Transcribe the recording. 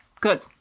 Good